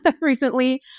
recently